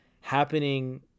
happening